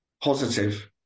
positive